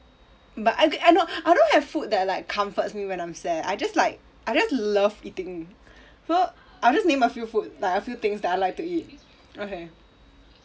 but I I know I don't have food that like comforts me when I'm sad I just like I just love eating so I'll just name a few food like a few things that I like to eat okay